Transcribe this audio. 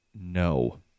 No